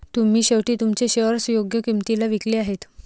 तुम्ही शेवटी तुमचे शेअर्स योग्य किंमतीला विकले आहेत